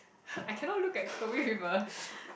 I cannot look at Chloe with a